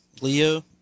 Leo